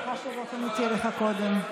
סליחה שלא פניתי אליך קודם.